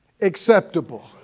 acceptable